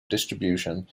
distribution